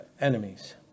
enemies